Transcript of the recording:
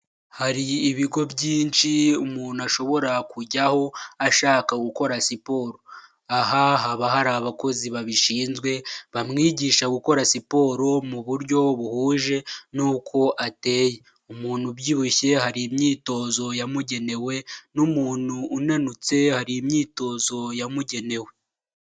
Hari ibigo byinshi umuntu ashobora kujyaho ashaka gukora siporo; aha haba hari abakozi babishinzwe bamwigisha gukora siporo mu buryo buhuje n'uko ateye; umuntu ubyibushye hari imyitozo yamugenewe n'umuntu unanutse hari imyitozo yamugenewe.